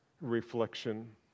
reflection